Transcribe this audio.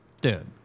Dude